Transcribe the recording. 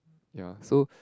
ya so